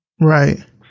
Right